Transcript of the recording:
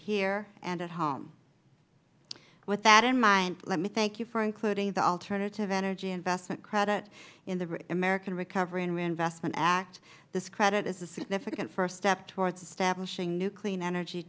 here and at home with that in mind let me thank you for including the alternative energy investment credit in the american recovery and reinvestment act this credit is a significant first step towards establishing new clean energy